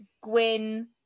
Gwyn